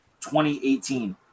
2018